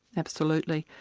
absolutely.